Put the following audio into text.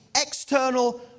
external